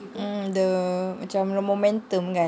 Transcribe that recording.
mm the macam the momentum kan